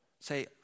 say